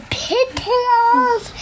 pigtails